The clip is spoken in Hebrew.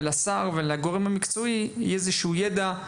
לשר ולגורמים המקצועיים יהיה איזה שהוא ידע על